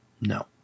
no